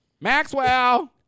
Maxwell